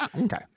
Okay